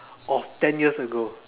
of ten years ago